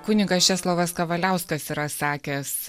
kunigas česlovas kavaliauskas yra sakęs